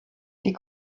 die